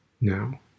now